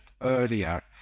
earlier